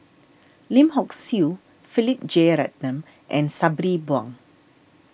Lim Hock Siew Philip Jeyaretnam and Sabri Buang